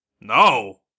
No